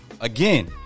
again